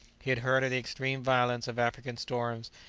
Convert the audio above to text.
he had heard of the extreme violence of african storms,